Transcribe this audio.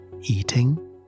eating